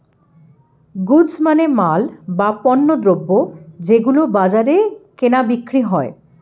goods মানে মাল, বা পণ্যদ্রব যেগুলো বাজারে কেনা বিক্রি হয়